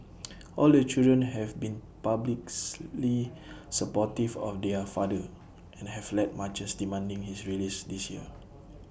all the children have been publics lee supportive of their father and have led marches demanding his release this year